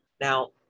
Now